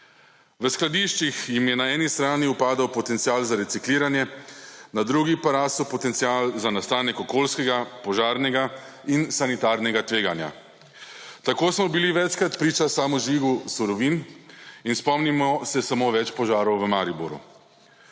V skladiščih jim je na eni strani upadal potencial za recikliranje, na drugi pa rasel potencial za nastanek okoljskega, požarnega in sanitarnega tveganja. Tako smo bili večkrat priča samovžigu surovin in spomnimo se samo več požarov v Mariboru.